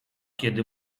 kiedy